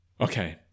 Okay